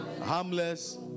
Harmless